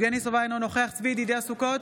יבגני סובה, אינו נוכח צבי ידידיה סוכות,